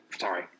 Sorry